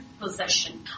possession